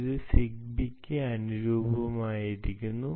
ഇത് സിഗ്ബിക്ക് അനുരൂപമാക്കിയിരിക്കുന്നു